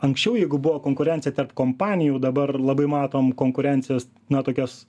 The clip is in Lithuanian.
anksčiau jeigu buvo konkurencija tarp kompanijų dabar labai matom konkurencijas na tokias